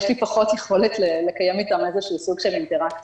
יש לי פחות יכולת לקיים אתם איזושהי אינטראקציה.